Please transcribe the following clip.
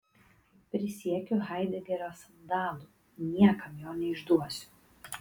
prisiekiu haidegerio sandalu niekam jo neišduosiu